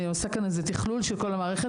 אני עושה כאן איזה תכלול של כל המערכת.